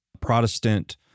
Protestant